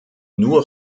nur